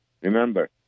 Remember